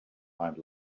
find